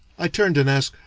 i turned and asked,